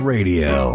Radio